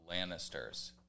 lannisters